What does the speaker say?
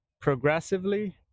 progressively